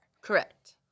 Correct